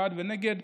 בעד ונגד.